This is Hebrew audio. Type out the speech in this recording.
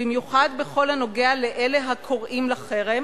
במיוחד בכל הנוגע לאלה הקוראים לחרם,